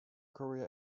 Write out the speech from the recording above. career